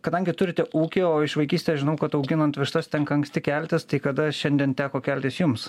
kadangi turite ūkį o iš vaikystės žinau kad auginant vištas tenka anksti keltis tai kada šiandien teko keltis jums